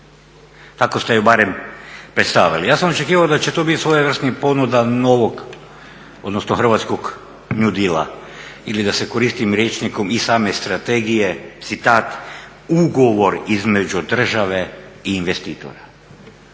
Tako ste ju barem predstavili. Ja sam očekivao da će to biti svojevrsna ponuda novog, odnosno hrvatskog … ili da se koristim rječnikom i same strategije, citat, ugovor između države i investitora.